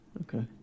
Okay